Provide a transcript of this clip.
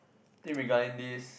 in regarding this